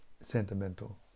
sentimental